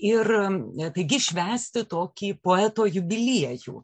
ir taigi švęsti tokį poeto jubiliejų